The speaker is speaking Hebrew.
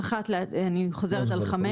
אני חוזרת על חמש.